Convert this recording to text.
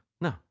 no